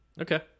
okay